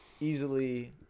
easily